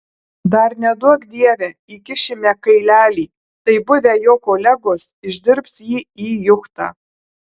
dar neduok dieve įkišime kailelį tai buvę jo kolegos išdirbs jį į juchtą